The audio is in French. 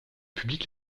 public